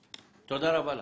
תודה רבה לך.